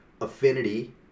affinity